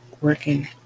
working